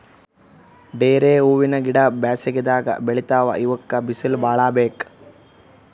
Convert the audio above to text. ಡೇರೆ ಹೂವಿನ ಗಿಡ ಬ್ಯಾಸಗಿದಾಗ್ ಬೆಳಿತಾವ್ ಇವಕ್ಕ್ ಬಿಸಿಲ್ ಭಾಳ್ ಬೇಕ್